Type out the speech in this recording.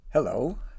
Hello